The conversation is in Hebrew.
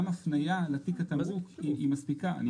גם הפנייה לתיק התמרוק היא מספיקה.